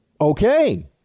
okay